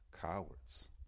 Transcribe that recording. cowards